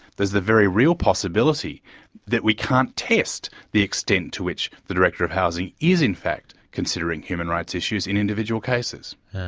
there's the very real possibility that we can't test the extent to which the director of housing is, in fact, considering human rights issues in individual cases.